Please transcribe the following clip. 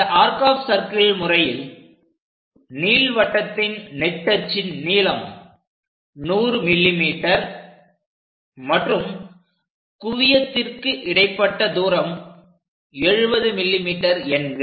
இந்த arc of circle முறையில் நீள்வட்டத்தின் நெட்டச்சு நீளம் 100 mm மற்றும் குவியத்திற்கு இடைப்பட்ட தூரம் 70 mm என்க